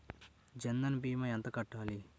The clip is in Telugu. జన్ధన్ భీమా ఎంత కట్టాలి?